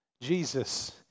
Jesus